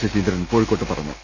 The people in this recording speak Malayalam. ശശീന്ദ്രൻ കോഴിക്കോട്ട് പറഞ്ഞു